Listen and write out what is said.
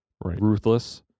ruthless